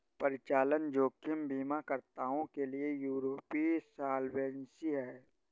परिचालन जोखिम बीमाकर्ताओं के लिए यूरोपीय सॉल्वेंसी है